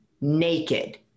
naked